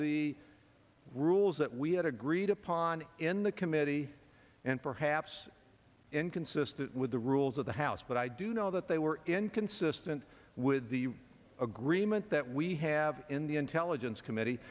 the rules that we had agreed upon in the committee and perhaps inconsistent with the rules of the house but i do know that they were inconsistent with the agreement that we have in the intelligence comm